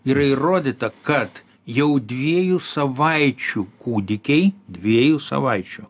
yra įrodyta kad jau dviejų savaičių kūdikiai dviejų savaičių